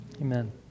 Amen